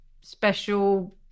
special